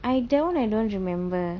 I don't I don't remember